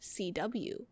CW